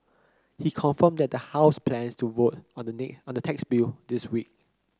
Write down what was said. he confirmed that the House plans to vote on the on the tax bill this week